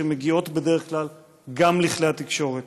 שמגיעות בדרך כלל גם לכלי התקשורת.